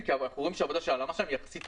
כי אנחנו רואים שהעבודה של הלמ"ס שם טובה יחסית.